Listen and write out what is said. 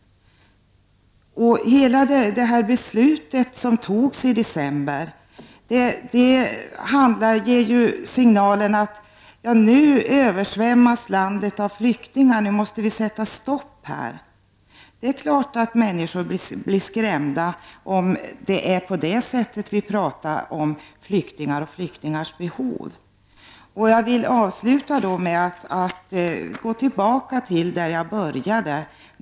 Det beslut som togs i december ger signalen: Nu översvämmas landet av flyktingar, nu måste vi sätta stopp här! Det är klart att människor blir skrämda, om det är på det sättet man pratar om flyktingar och flyktingars behov. Jag vill avsluta med att gå tillbaka till det jag började med.